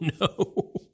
no